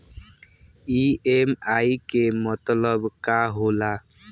EMI के मतलब का होला?